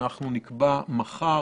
אנחנו נקבע מחר